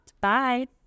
Bye